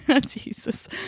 jesus